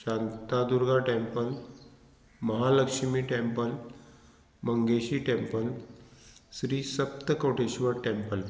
Shantadurga temple Mahalakshmi temple Mangeshi temple Shri Saptakoteshwar temple